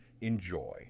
Enjoy